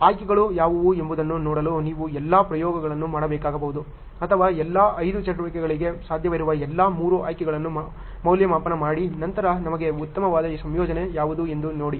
ಆಯ್ಕೆಗಳು ಯಾವುವು ಎಂಬುದನ್ನು ನೋಡಲು ನೀವು ಎಲ್ಲಾ ಪ್ರಯೋಗಗಳನ್ನು ಮಾಡಬೇಕಾಗಬಹುದು ಅಥವಾ ಎಲ್ಲಾ 5 ಚಟುವಟಿಕೆಗಳಿಗೆ ಸಾಧ್ಯವಿರುವ ಎಲ್ಲಾ ಮೂರು ಆಯ್ಕೆಗಳನ್ನು ಮೌಲ್ಯಮಾಪನ ಮಾಡಿ ನಂತರ ನಿಮಗೆ ಉತ್ತಮವಾದ ಸಂಯೋಜನೆ ಯಾವುದು ಎಂದು ನೋಡಿ